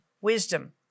wisdom